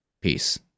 Peace